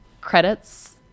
credits